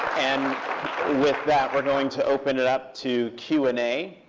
and with that, we're going to open it up to q and a.